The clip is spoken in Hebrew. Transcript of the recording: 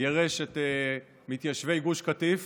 גירש את מתיישבי גוש קטיף